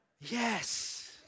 yes